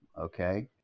okay